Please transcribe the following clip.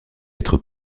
être